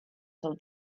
till